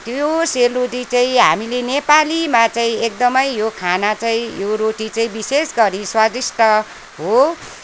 त्यो सेलरोटी चाहिँ हामीले नेपालीमा चाहिँ एकदमै यो खान चाहिँ यो रोटी चाहिँ विशेष गरी स्वादिष्ट हो